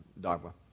dogma